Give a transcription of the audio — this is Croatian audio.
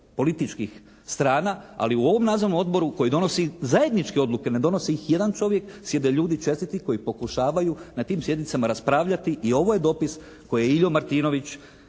političkih strana, ali u ovom Nadzornom odboru koji donosi zajedničke odluke, ne donosi ih jedan čovjek, sjede ljudi čestiti koji pokušavaju na tim sjednicama raspravljati i ovo je dopis koji je Iljo Martinović